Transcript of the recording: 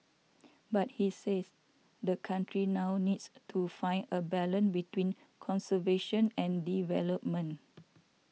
but he says the country now needs to find a balance between conservation and development